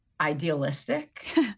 idealistic